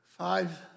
Five